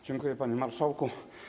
Dziękuję, panie marszałku.